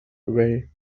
away